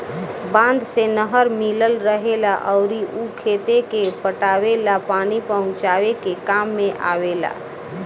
बांध से नहर मिलल रहेला अउर उ खेते के पटावे ला पानी पहुचावे के काम में आवेला